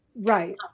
Right